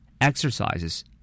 Exercises